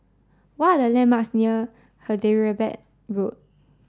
what are the landmarks near Hyderabad Road